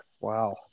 Wow